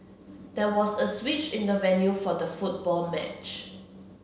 there was a switch in the venue for the football match